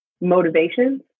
motivations